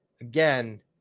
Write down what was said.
again